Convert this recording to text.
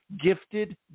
gifted